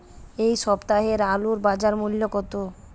এ সপ্তাহের আলুর বাজার মূল্য কত?